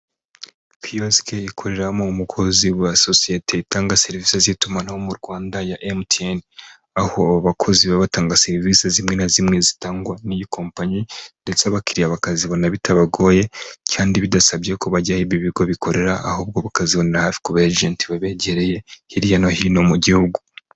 Kiyosike ikoreramo umukozi wa sosiyete itanga serivisi z'itumanaho mu Rwanda ya emutiyeni, aho abakozi baba batanga serivisi zimwe na zimwe zitangwa n'iyi kompanyi ndetse abakiriya bakazibona bitabagoye kandi bidasabye ko bajyaho ibi bigo bikorera ahubwo bakazibonera kubagenti babegereye hirya no hino mu gihugu.